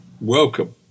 Welcome